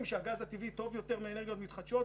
ויגידו שהגז הטבעי יותר טוב מהאנרגיות המתחדשות.